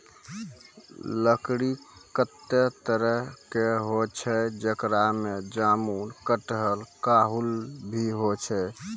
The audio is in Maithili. लकड़ी कत्ते तरह केरो होय छै, जेकरा में जामुन, कटहल, काहुल भी छै